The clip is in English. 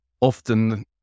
often